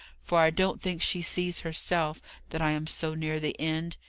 for i don't think she sees herself that i am so near the end,